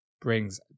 brings